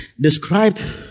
described